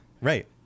right